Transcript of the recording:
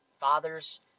fathers